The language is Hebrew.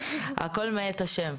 הכול מאת השם.